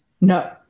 No